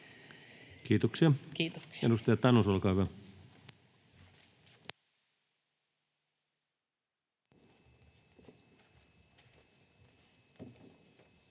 Kiitoksia. — Edustaja Tanus, olkaa hyvä.